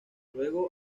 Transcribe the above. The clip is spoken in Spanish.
luego